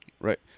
Right